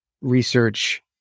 research